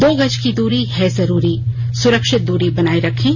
दो गज की दूरी है जरूरी सुरक्षित दूरी बनाए रखें